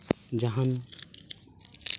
ᱡᱟᱦᱟᱱ